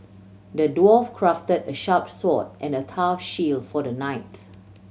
the dwarf crafted a sharp sword and a tough shield for the knights